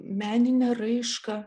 meninę raišką